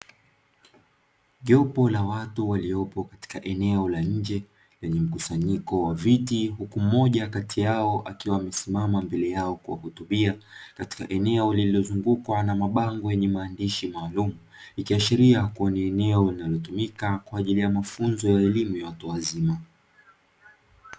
Jopo la watu waliopo katika eneo la nje lenye mkusanyiko wa viti, na huku moja kati yao akiwa amesimama mbele yao kuwahutubia, katika eneo lililozungukwa na mabango yenye maandishi maalumu, ikiashiria kuwa ni eneo linalotumika kwa ajili ya mafunzo ya elimu ya watu wazima.